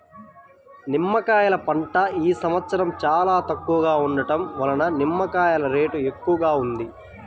నిమ్మకాయల పంట ఈ సంవత్సరం చాలా తక్కువగా ఉండటం వలన నిమ్మకాయల రేటు ఎక్కువగా ఉంది